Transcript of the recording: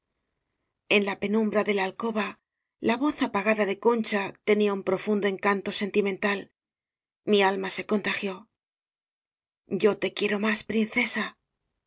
en la penumbra de la alcoba la voz apa gada de concha tenía un profundo encanto sentimental mi alma se contagió yo te quiero más princesa